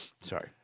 Sorry